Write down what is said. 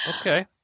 Okay